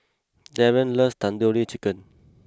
Darien loves Tandoori Chicken